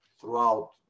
throughout